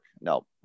no